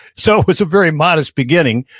so it was a very modest beginning,